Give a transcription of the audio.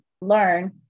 learn